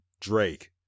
Drake